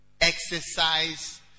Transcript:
exercise